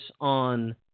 on